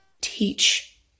teach